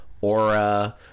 aura